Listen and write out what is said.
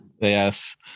Yes